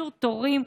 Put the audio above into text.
קיצור תורים,